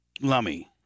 Lummy